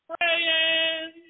praying